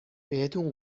بهتون